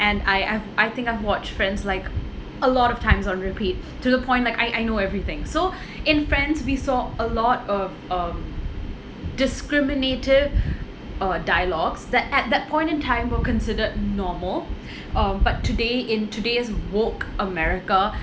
and I I've I think I've watched friends like a lot of times on repeat to the point like I I know everything so in friends we saw a lot of um discriminative uh dialogues that at that point in time were considered normal um but today in today's woke america